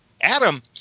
Adam